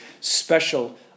special